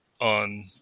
on